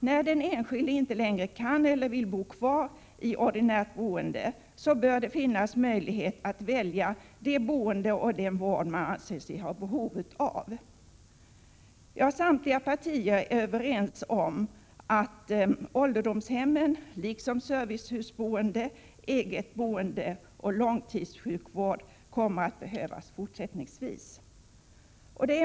När den enskilde inte längre kan eller vill bo kvar i ordinärt boende bör möjlighet finnas att välja det boende och den vård som man anser sig ha behov av. Samtliga partier är överens om att ålderdomshem liksom servicehusboende, eget boende och långtidssjukvård kommer att behövas fortsättningsvis.